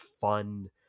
fun